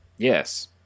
Yes